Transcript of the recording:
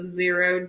zero